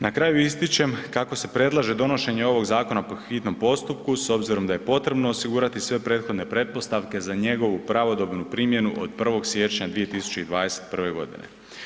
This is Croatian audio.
Na kraju ističem kako se predlaže donošenje ovog zakona po hitnom postupku s obzirom da je potrebno osigurati sve prethodne pretpostavke za njegovu pravodobnu primjenu od 1. siječnja 2021. godine.